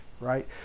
right